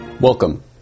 Welcome